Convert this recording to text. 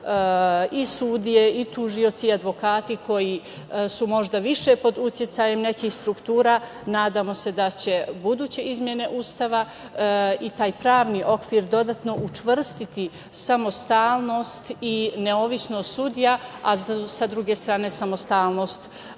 i sudije i tužioci i advokati koji su možda više pod uticajem nekih struktura. Nadamo se da će buduće izmene Ustava i taj pravni okvir dodatno učvrstiti, samostalnost i nezavisnost sudija, a sa druge strane samostalnost